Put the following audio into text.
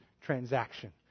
transaction